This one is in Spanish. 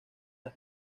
las